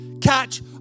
catch